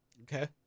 Okay